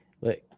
Look